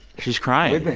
she's crying